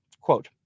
quote